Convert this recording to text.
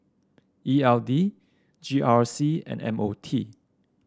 E L D G R C and M O T